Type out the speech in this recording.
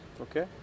Okay